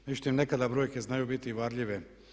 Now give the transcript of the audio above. Međutim, nekada brojke znaju biti varljive.